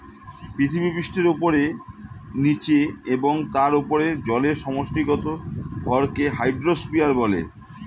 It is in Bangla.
পৃথিবীপৃষ্ঠের উপরে, নীচে এবং তার উপরে জলের সমষ্টিগত ভরকে হাইড্রোস্ফিয়ার বলে